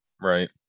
Right